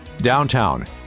Downtown